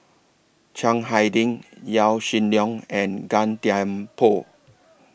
Chiang Hai Ding Yaw Shin Leong and Gan Thiam Poh